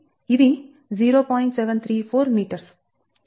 కాబట్టి ఇది 0